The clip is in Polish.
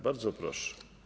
Bardzo proszę.